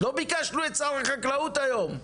לא ביקשנו את שר החקלאות היום,